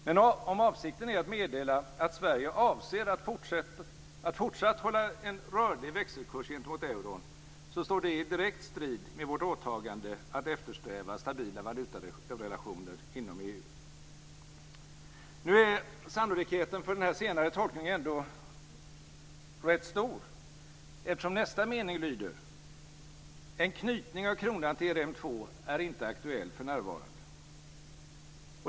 Men om avsikten är att meddela att Sverige avser att fortsatt hålla en rörlig växelkurs gentemot euron, står det i direkt strid med vårt åtagande att eftersträva stabila valutarelationer inom EU. Sannolikheten för den senare tolkningen är ändå rätt stor, eftersom nästa mening lyder: "En knytning av kronan till ERM 2 är inte aktuell för närvarande."